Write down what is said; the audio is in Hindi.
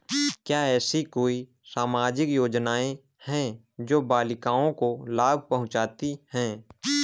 क्या ऐसी कोई सामाजिक योजनाएँ हैं जो बालिकाओं को लाभ पहुँचाती हैं?